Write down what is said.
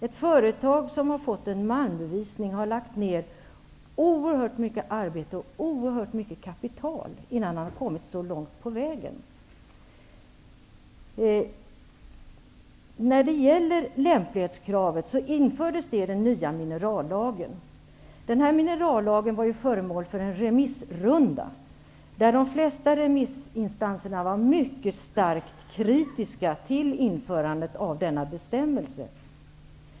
Ett företag som har fått en malmbevisning har lagt ner oerhört mycket arbete och oerhört mycket kapital, innan man kommit så långt på vägen. Lämplighetskravet infördes när den nya minerallagen kom till. Lagförslaget var föremål för en remissrunda, där de flesta remissinstanserna var mycket starkt kritiska till införandet av denna bestämmelse.